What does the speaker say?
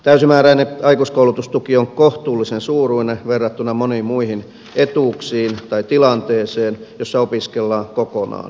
täysimääräinen aikuiskoulutustuki on kohtuullisen suuruinen verrattuna moniin muihin etuuksiin tai tilanteeseen jossa opiskellaan kokonaan velaksi